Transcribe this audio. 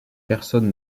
personne